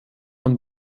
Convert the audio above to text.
man